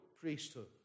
priesthood